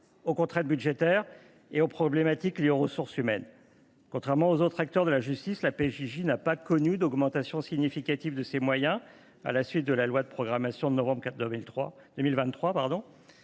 des contraintes budgétaires et des problématiques liées aux ressources humaines. Contrairement aux autres acteurs de la justice, la PJJ n’a pas connu d’augmentation significative de ses moyens à la suite de la loi d’orientation et de